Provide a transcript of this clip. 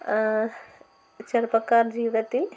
ചെറുപ്പക്കാർ ജീവിതത്തിൽ